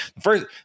first